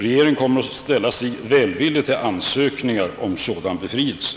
Regeringen kommer att ställa sig välvillig till ansökningar om sådan befrielse.